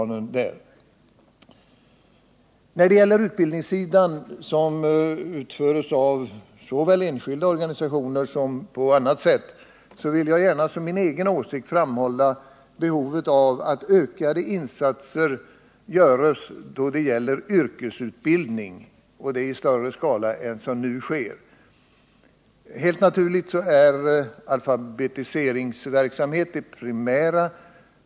När det gäller utbildningsverksamheten, som drivs av såväl enskilda organisationer som på annat sätt, vill jag gärna som min egen åsikt framhålla att det föreligger behov av ökade insatser i fråga om yrkesutbildning. Sådan utbildning bör ske i större skala än nu. Helt naturligt är alfabetiseringsverksamheten det primära.